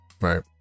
right